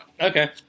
Okay